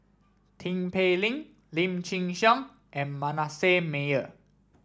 Tin Pei Ling Lim Chin Siong and Manasseh Meyer